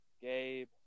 Gabe